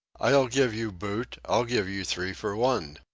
i'll give you boot i'll give you three for one.